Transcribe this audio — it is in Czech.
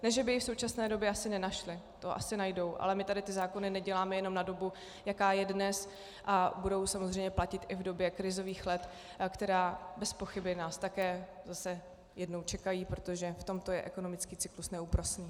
Ne že by ji v současné době asi nenašli, to asi najdou, ale my tady ty zákony neděláme jenom na dobu, jaká je dnes, a budou samozřejmě platit i v době krizových let, které nás bezpochyby také zase jednou čekají, protože v tomto je ekonomický cyklus neúprosný.